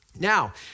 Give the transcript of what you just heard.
Now